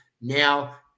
Now